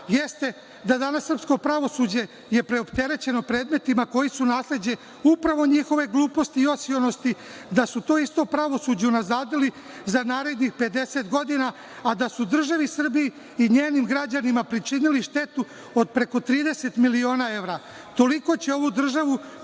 jeste da je danas srpsko pravosuđe preopterećeno predmetima koji su nasleđe upravo njihove gluposti i osionosti da su to isto pravosuđe unazadili za narednih 50 godina, a da su državi Srbiji i njenim građanima pričinili štetu od preko 30 miliona evra. Toliko će ovu državu